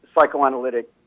psychoanalytic